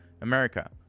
America